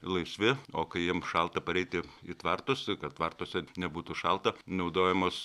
laisvi o kai jiem šalta pareiti į tvartus kad tvartuose nebūtų šalta naudojamos